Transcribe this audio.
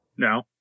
No